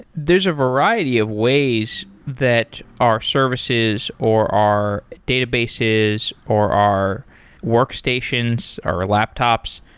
there's a variety of ways that our services, or our databases, or our workstations, our laptops,